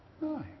no